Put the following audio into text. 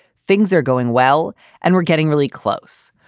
things are going well and we're getting really close.